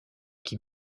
qui